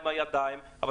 תודה.